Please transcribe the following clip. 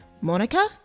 monica